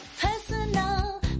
personal